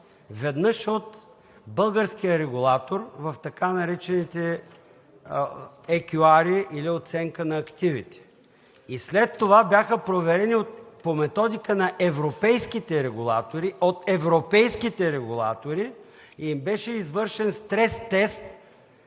веднъж от българския регулатор в така наречените екюари, или оценка на активите, и след това бяха проверени по методика на европейските регулатори, от европейските регулатори, и им беше извършен стрес тест